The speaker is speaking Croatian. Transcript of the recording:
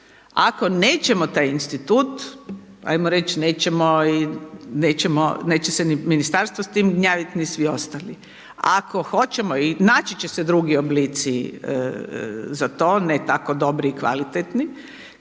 Ako nećemo taj institut, ajmo reći nećemo, nećemo, neće se ni ministarstvo s time gnjaviti ni svi ostali, ako hoćemo i naći će se drugi oblici za to, ne tako dobri i kvalitetni